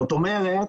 זאת אומרת,